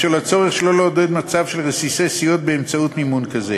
בשל הצורך שלא לעודד מצב של רסיסי סיעות באמצעות מימון כזה,